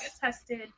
tested